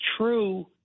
true